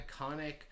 iconic